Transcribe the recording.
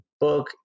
book